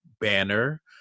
banner